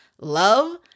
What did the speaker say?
love